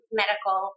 medical